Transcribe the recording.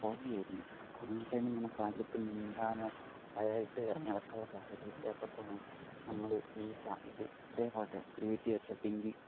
hobby ആയിരുന്നു corona ടൈമിൽ നമുക്ക് ആരുടെ അടുത്ത് മിണ്ടാനോ ആരുമായിട്ട് ഇറങ്ങി നടക്കാന്ള്ള സാഹചര്യം ഇല്ലാത്തപ്പോഴാണ് നമ്മള് ഈ ഇത് ഇതേപോലത്തെ ക്രീയേറ്റീവായിട്ടുള്ള തിങ്കിങ്ങ്